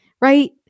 right